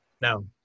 no